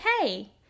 hey